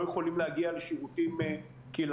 לא יכולים להגיע לשירותים קהילתיים,